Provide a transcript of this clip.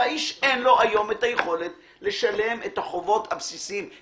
ולאיש אין היום את היכולת לשלם את החובות הבסיסיים.